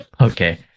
okay